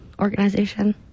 organization